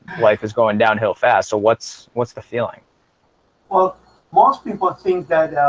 life is going downhill fast, so what's what's the feeling well most people think that